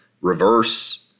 reverse